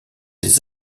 des